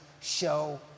show